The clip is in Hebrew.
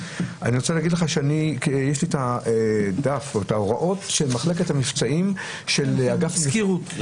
יש לי את ההוראות של מחלקת המבצעים --- הזכירו את זה,